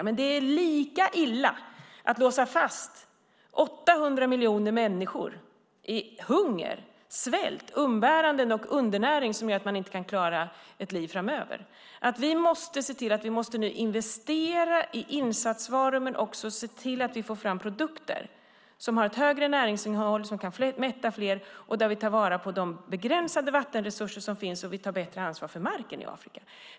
Men det är lika illa att låsa fast 800 miljoner människor i hunger, svält, umbäranden och undernäring som gör att de inte kan klara ett liv framöver. Vi måste nu se till att investera i insatsvaror och även få fram produkter som har ett högre näringsinnehåll och som kan mätta fler. Vi ska ta bättre vara på de begränsade vattenresurser som finns och ta bättre ansvar för marken i Afrika.